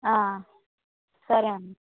ఆ సరే అమ్మ